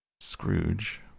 scrooge